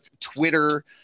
Twitter